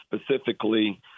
specifically